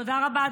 תודה רבה.